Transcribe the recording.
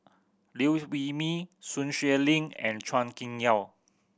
Liew Wee Mee Sun Xueling and Chua Kim Yeow